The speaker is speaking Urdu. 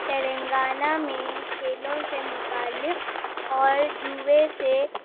تلنگانہ میں کھیلوں سے متعلق اور جوئے سے